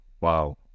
wow